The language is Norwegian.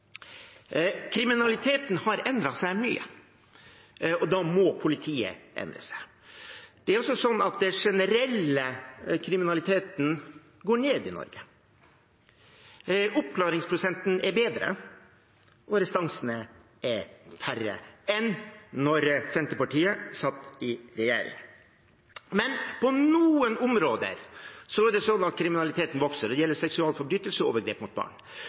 Kriminaliteten har endret seg mye, og da må politiet endre seg. Den generelle kriminaliteten i Norge går ned. Oppklaringsprosenten er bedre, og restansene er færre enn da Senterpartiet satt i regjering. Men på noen områder vokser kriminaliteten. Det gjelder seksualforbrytelser og overgrep mot barn. For å løse de sakene trenger man et mye mer slagkraftig og spesialisert politi. Det